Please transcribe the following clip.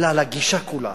אלא על הגישה כולה,